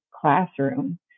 classroom